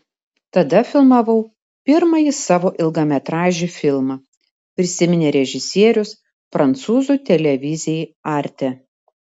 tada filmavau pirmąjį savo ilgametražį filmą prisiminė režisierius prancūzų televizijai arte